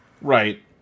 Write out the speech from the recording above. Right